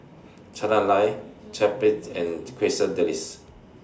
Chana Lal Japchae and Quesadillas